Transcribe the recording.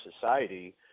society